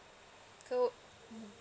okay would mmhmm